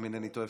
אם אינני טועה,